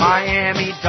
Miami